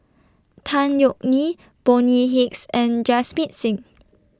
Tan Yeok Nee Bonny Hicks and Singh